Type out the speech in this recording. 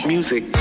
Music